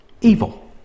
evil